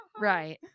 Right